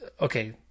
Okay